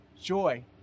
joy